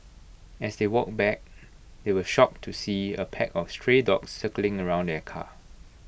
as they walked back they were shocked to see A pack of stray dogs circling around their car